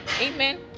Amen